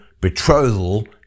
betrothal